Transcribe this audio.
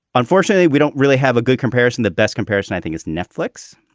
unfortunately, we don't really have a good comparison. the best comparison, i think, is netflix.